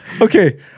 Okay